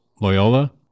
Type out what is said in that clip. Loyola